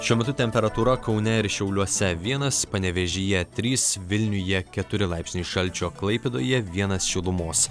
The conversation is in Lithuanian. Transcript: šiuo metu temperatūra kaune ir šiauliuose vienas panevėžyje trys vilniuje keturi laipsniai šalčio klaipėdoje vienas šilumos